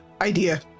idea